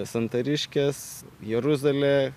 santariškės jeruzalė